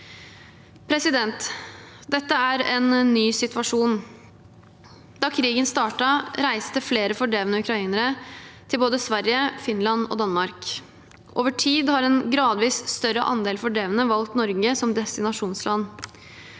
august. Dette er en ny situasjon. Da krigen startet, reiste flere fordrevne ukrainere til både Sverige, Finland og Danmark. Over tid har en gradvis større andel fordrevne valgt Norge som destinasjonsland.